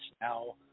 now